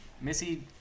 Missy